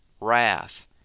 wrath